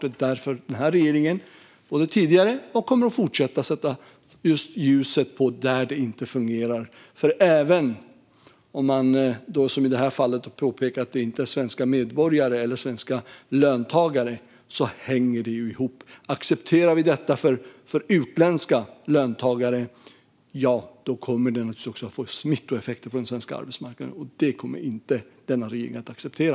Det är därför den här regeringen tidigare har satt och kommer att fortsätta att sätta ljuset på det som inte fungerar. Även om man, som i det här fallet, kan påpeka att det inte handlar om svenska medborgare eller svenska löntagare hänger det ihop. Accepterar vi detta för utländska löntagare kommer det naturligtvis också att få smittoeffekter på den svenska arbetsmarknaden, och det kommer inte denna regering att acceptera.